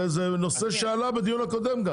זה נושא שעלה בדיון הקודם גם.